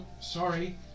Sorry